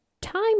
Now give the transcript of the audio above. time